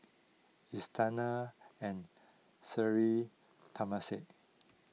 Istana and Sri Temasek